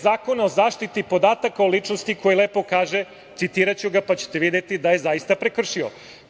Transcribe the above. Zakona o zaštiti podataka o ličnosti, koji lepo kaže, citiraću ga, pa ćete videti da je zaista prekršio.